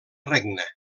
regne